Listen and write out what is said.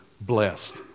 blessed